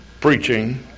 preaching